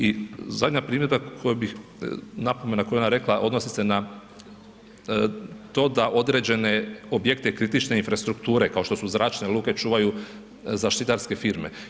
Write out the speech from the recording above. I zadnja primjedba koju bih, napomena koju je ona rekla, odnosi se na to da određene objekte, kritične infrastrukture kao što su zračne luke čuvaju zaštitarske firme.